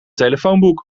telefoonboek